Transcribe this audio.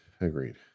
agreed